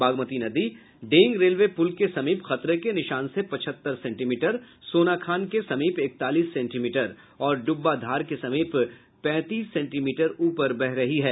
बागमती नदी डेंग रेलवे पुल के समीप खतरे के निशान से पचहत्तर सेंटीमीटर सोनाखान के समीप इकतालीस सेंटीमीटर और डुब्बा धार के समीप पैंतीस सेंटीमीटर ऊपर बह रही है